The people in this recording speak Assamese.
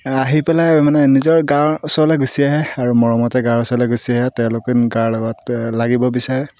আহি পেলাই মানে নিজৰ গাৰ ওচৰলৈ গুচি আহে আৰু মৰমতে গাৰ ওচৰলৈ গুচি আহে তেওঁলোকে গাৰ লগত লাগিব বিচাৰে